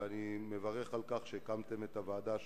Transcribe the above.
ואני מברך על כך שהקמתם את הוועדה שהקמתם.